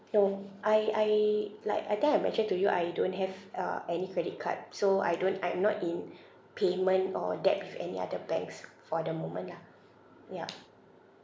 no I I like I think I mentioned to you I don't have uh any credit card so I don't I am not in payment or debt with any other banks for the moment lah yup